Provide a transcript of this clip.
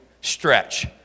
stretch